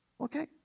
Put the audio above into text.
Okay